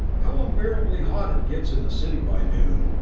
how unbearably hot it gets in the city by noon,